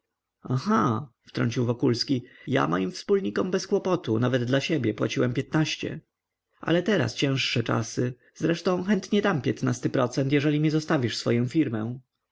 aha wtrącił wokulski ja moim wspólnikom bez kłopotu nawet dla siebie płaciłem piętnaście ale teraz cięższe czasy zresztą chętnie dam piętnasty procent jeżeli mi zostawisz swoją firmę